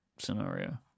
scenario